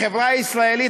החברה הישראלית,